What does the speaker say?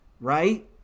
right